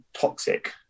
toxic